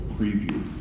preview